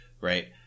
Right